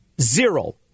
zero